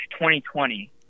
2020